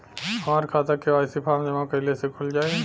हमार खाता KYC form जमा कइले से खुल जाई?